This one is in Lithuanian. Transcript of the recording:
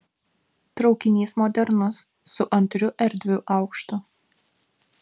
traukinys modernus su antru erdviu aukštu